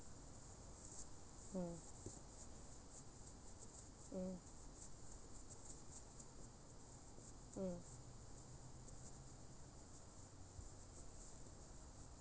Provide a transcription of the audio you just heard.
mm mm mm